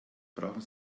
brauchen